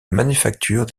manufacture